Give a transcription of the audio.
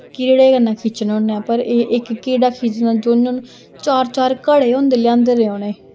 किरड़े कन्नै खिच्चने होन्ने पर एह् इक किरड़ा खिच्चना जु'न जु'न चार चार घड़े होंदे लेआंदे दे उ'नें